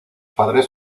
padres